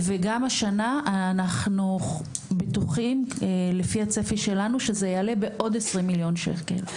וגם השנה אנחנו בטוחים לפי הצפי שלנו זה יעלה בעוד 20 מיליון שקלים.